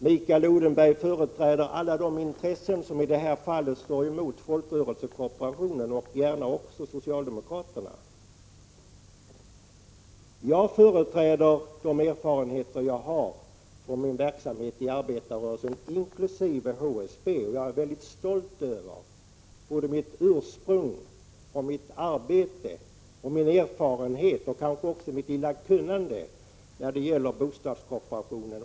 Mikael Odenberg företräder alla de intressen som i detta fall står emot folkrörelsekooperationen och även mot socialdemokraterna. Jag företräder de erfarenheter jag har från min verksamhet i arbetarrörelsen, inkl. HSB. Jag är mycket stolt över mitt ursprung, mitt arbete, min erfarenhet och kanske också mitt lilla kunnande när det gäller bostadskooperationen.